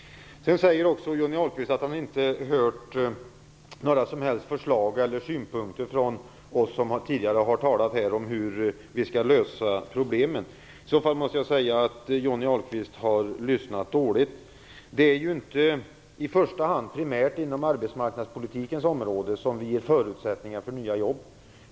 Sedan säger också Johnny Ahlqvist att han inte hört några som helst förslag eller synpunkter från oss som talat tidigare här om hur vi skall lösa problemen. I så fall måste jag säga att Johnny Ahlqvist har lyssnat dåligt. Det är inte i första hand primärt inom arbetsmarknadspolitikens område som vi ger förutsättningar för nya jobb.